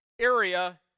area